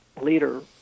leader